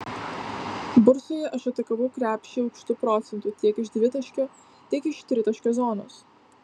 bursoje aš atakavau krepšį aukštu procentu tiek iš dvitaškio tiek iš tritaškio zonos